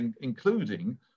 including